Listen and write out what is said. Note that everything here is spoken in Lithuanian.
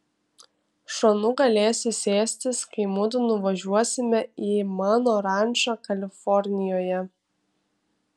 šonu galėsi sėstis kai mudu nuvažiuosime į mano rančą kalifornijoje